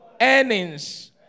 Earnings